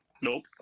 Nope